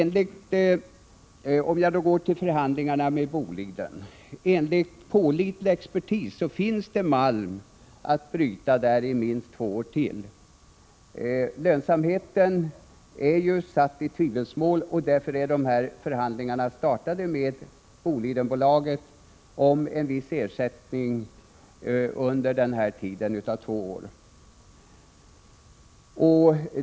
Jag övergår sedan till förhandlingarna med Boliden. Enligt pålitlig expertis finns det malm att bryta i Boliden i minst två år till. Lönsamheten är ju satt i tvivelsmål, och därför är de här förhandlingarna startade med Bolidenbolaget om en viss ersättning under två år.